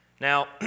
Now